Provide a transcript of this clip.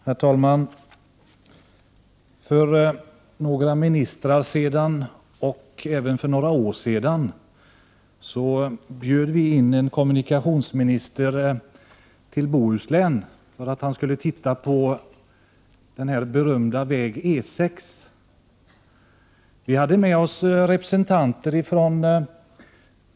Herr talman! För några ministrar sedan och även för några år sedan bjöds kommunikationsministern till Bohuslän för att han skulle titta på den berömda väg E 6.